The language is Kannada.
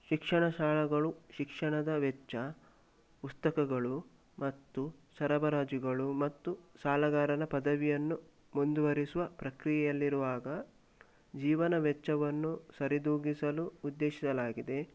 ಶಿಕ್ಷಣ ಸಾಲಗಳು ಶಿಕ್ಷಣದ ವೆಚ್ಚ ಪುಸ್ತಕಗಳು ಮತ್ತು ಸರಬರಾಜುಗಳು ಮತ್ತು ಸಾಲಗಾರನ ಪದವಿಯನ್ನು ಮುಂದುವರಿಸುವ ಪ್ರಕ್ರಿಯೆಯಲ್ಲಿರುವಾಗ ಜೀವನ ವೆಚ್ಚವನ್ನು ಸರಿದೂಗಿಸಲು ಉದ್ದೇಶಿಸಲಾಗಿದೆ